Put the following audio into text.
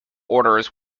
orders